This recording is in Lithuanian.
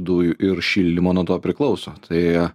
dujų ir šildymo nuo to priklauso tai